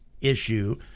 issue